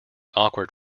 awkward